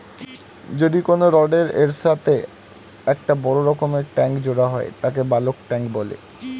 যদি কোনো রডের এর সাথে একটা বড় রকমের ট্যাংক জোড়া হয় তাকে বালক ট্যাঁক বলে